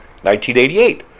1988